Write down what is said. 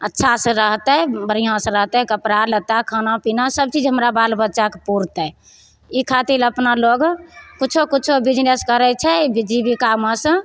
अच्छासँ रहतै बढ़िआँसँ रहतै कपड़ा लत्ता खाना पीना सब चीज हमरा बाल बच्चाके पूरतै ई खातिर अपना लोग कुछो कुछो बिजनेस करय छै जीविकामे सँ